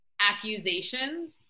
accusations